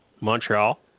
Montreal